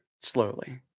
slowly